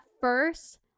first